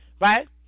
right